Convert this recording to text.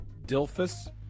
Dilphus